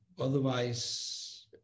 Otherwise